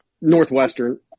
Northwestern